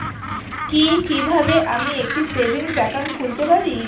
কি কিভাবে আমি একটি সেভিংস একাউন্ট খুলতে পারি?